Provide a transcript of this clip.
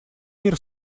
мир